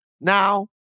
Now